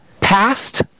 past